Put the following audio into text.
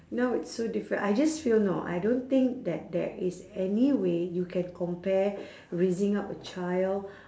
now it's so different I just feel know I don't think that there is any way you can compare raising up a child